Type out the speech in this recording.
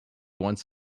once